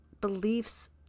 beliefs